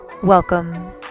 Welcome